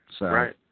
Right